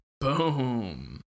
Boom